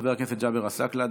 חבר הכנסת ג'אבר עסאקלה,